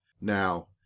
Now